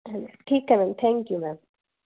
ਹਾਂਜੀ ਠੀਕ ਹੈ ਮੈਮ ਥੈਂਕ ਯੂ ਮੈਮ